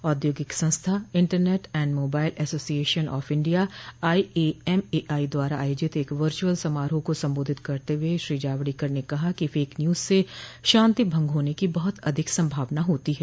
औद्योगिक संस्था internet and mobile association of India IAMAI द्वारा आयोजित एक वचअल समारोह को संबोधित करते हुए श्री जावड़ेकर ने कहा कि फेक न्यूज से शांति भंग होने की बहुत अधिक संभावना होती है